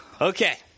Okay